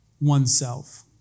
oneself